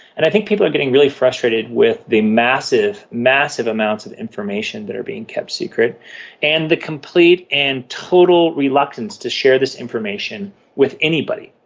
and i think people are getting really frustrated with the massive, massive amounts of information that are being kept secret and the complete and total reluctance to share this information with anybody.